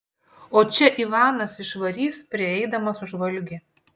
o čia ivanas išvarys prieidamas už valgį